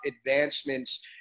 advancements